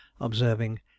observing